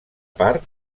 part